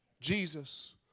Jesus